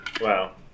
Wow